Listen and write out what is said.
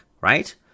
right